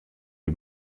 les